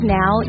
now